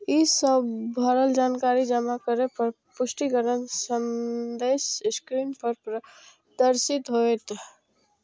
ई सब भरल जानकारी जमा करै पर पुष्टिकरण संदेश स्क्रीन पर प्रदर्शित होयत